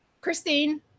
Christine